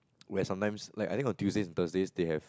where sometimes like I think on Tuesday or Thursday they have